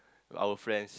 our friends